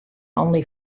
only